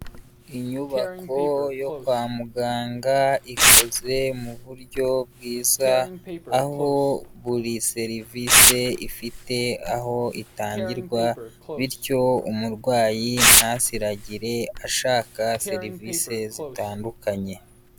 Inyubako yo kwa muganga ikoze mu buryo bwiza aho buri serivisi ifite aho itangirwa bityo umurwayi ntasiragire ashaka serivisi zitandukanye.